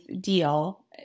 deal